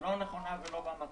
לא נכונה ולא במקום.